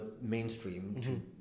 mainstream